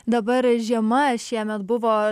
dabar žiema šiemet buvo